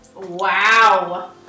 Wow